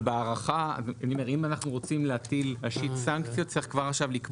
אבל אם רוצים להטיל סנקציות צריך כבר עכשיו לקבוע את זה.